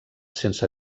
sense